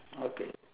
okay